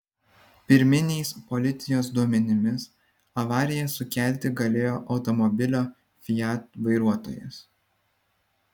pirminiais policijos duomenimis avariją sukelti galėjo automobilio fiat vairuotojas